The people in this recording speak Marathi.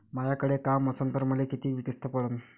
मायाकडे काम असन तर मले किती किस्त पडन?